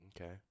Okay